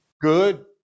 good